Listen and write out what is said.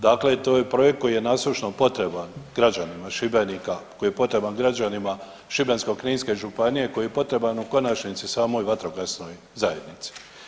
Dakle to je projekt koji je nasušno potreban građanima Šibenika, koji je potreban građanima Šibensko-kninske županije, koji je potreban u konačnici samoj vatrogasnoj zajednici.